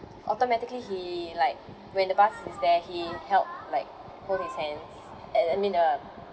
automatically he like when the bus is there he help like hold his hands and I mean the